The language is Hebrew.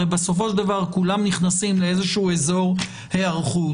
הרי בסופו של דבר כולם נכנסים לאיזשהו אזור היערכות.